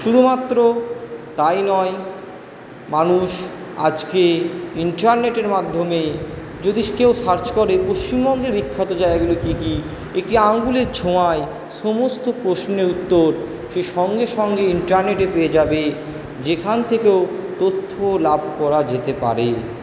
শুধুমাত্র তাই নয় মানুষ আজকে ইন্টারনেটের মাধ্যমে যদি কেউ সার্চ করে পশ্চিমবঙ্গের বিখ্যাত জায়গাগুলো কি কি একটি আঙ্গুলের ছোঁয়ায় সমস্ত প্রশ্নের উত্তর সে সঙ্গে সঙ্গে ইন্টারনেটে পেয়ে যাবে যেখান থেকে হোক তথ্য লাভ করা যেতে পারে